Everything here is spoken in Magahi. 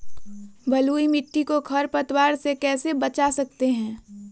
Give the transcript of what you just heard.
बलुई मिट्टी को खर पतवार से कैसे बच्चा सकते हैँ?